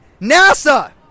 NASA